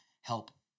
help